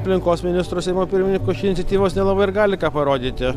aplinkos ministro seimo pirmininko iniciatyvos nelabai ir gali ką parodyti